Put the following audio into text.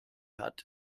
hat